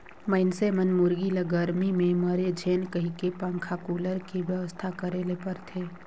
मइनसे मन मुरगी ल गरमी में मरे झेन कहिके पंखा, कुलर के बेवस्था करे ले परथे